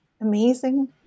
amazing